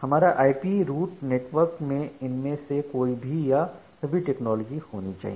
हमारा IP route network में इनमें से कोई भी या सभी टेक्नोलॉजी होनी चाहिए